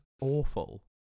awful